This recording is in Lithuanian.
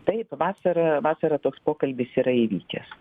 taip vasarą vasarą toks pokalbis yra įvykęs